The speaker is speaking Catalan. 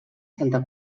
santa